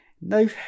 No